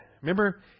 Remember